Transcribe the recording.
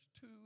two